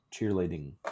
cheerleading